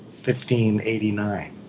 1589